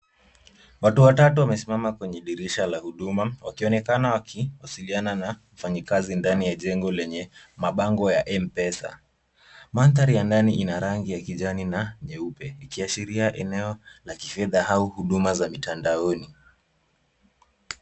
Watu watatu wamesimama kwenye dirisha la huduma wakionekana wakiwasiliana na mfanyikazi ndani ya jengo lenye mabango ya mpesa mandhari ya ndani ina rangi ya kijani na nyeupe ikiashiria eneo la kifedha au huduma za mitandaoni.